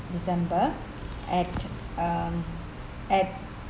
december at um at